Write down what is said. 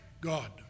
God